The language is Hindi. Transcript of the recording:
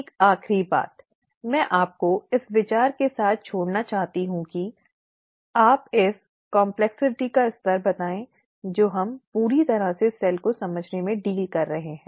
एक आखिरी बात मैं आपको इस विचार के साथ छोड़ना चाहता हूं कि आप उस जटिलता का स्तर बताएं जो हम पूरी तरह से सेल को समझने में डील कर रहे हैं